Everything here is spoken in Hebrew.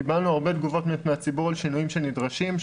קיבלנו הרבה תגובות מהציבור על שינויים שנדרשים,